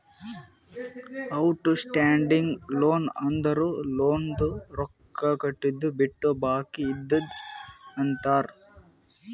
out standing loan ಅಂದುರ್ ಲೋನ್ದು ರೊಕ್ಕಾ ಕಟ್ಟಿದು ಬಿಟ್ಟು ಬಾಕಿ ಇದ್ದಿದುಕ್ ಅಂತಾರ್